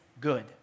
good